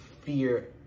fear